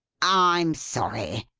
i'm sorry.